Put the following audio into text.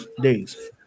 days